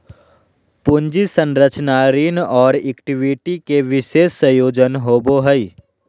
पूंजी संरचना ऋण और इक्विटी के विशेष संयोजन होवो हइ